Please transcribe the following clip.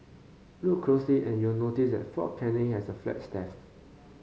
look closely and you'll notice that Fort Canning has a flagstaff